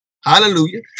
Hallelujah